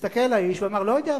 הסתכל האיש ואמר: לא יודע,